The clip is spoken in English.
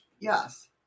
Yes